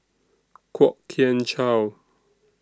Kwok Kian Chow